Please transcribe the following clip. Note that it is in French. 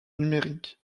numérique